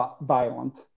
violent